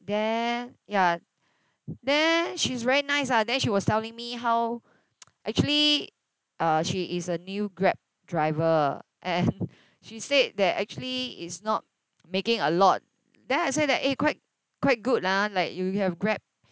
then ya then she's very nice lah then she was telling me how actually uh she is a new Grab driver and she said that actually it's not making a lot then I say that eh quite quite good lah like you you have Grab